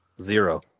Zero